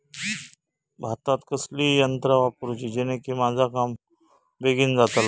भातात कसली यांत्रा वापरुची जेनेकी माझा काम बेगीन जातला?